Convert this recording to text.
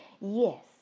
Yes